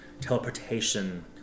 teleportation